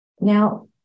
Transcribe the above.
Now